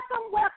welcome